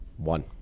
One